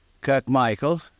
Kirkmichael